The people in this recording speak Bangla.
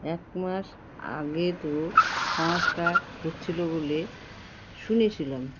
এক মাস আগে তো সংস্কার হচ্ছিলো বলে শুনেছিলাম